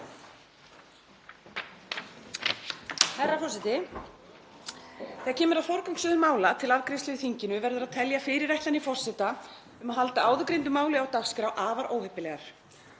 Herra forseti. Þegar kemur að forgangsröðun mála til afgreiðslu í þinginu verður að telja fyrirætlanir forseta um að halda áðurgreindu máli á dagskrá afar óheppilegar.